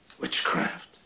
Witchcraft